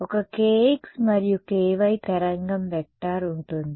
ఒక kx మరియు ky తరంగం వెక్టార్ ఉంటుంది